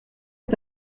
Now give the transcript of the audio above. est